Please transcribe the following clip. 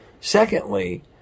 Secondly